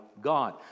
God